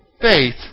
faith